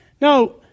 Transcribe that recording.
No